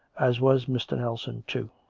as was mr. nelson, too.